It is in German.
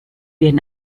werden